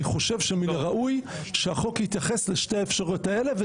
חושב שמן הראוי שהחוק יתייחס לשתי האפשרויות האלה.